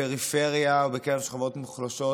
טכנולוגיות בפריפריה בקרב שכבות מוחלשות.